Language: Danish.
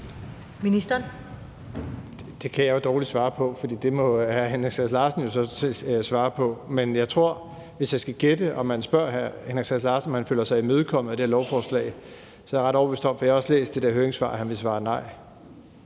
Det kan jeg jo dårligt svare på, for det må hr. Henrik Sass Larsen jo så svare på. Men hvis jeg skal gætte og man spørger hr. Henrik Sass Larsen, om han føler sig imødekommet af det her lovforslag, så er jeg ret overbevist om – for jeg har også læst det der høringssvar – at han vil svare nej.